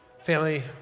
Family